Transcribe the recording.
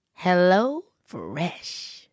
HelloFresh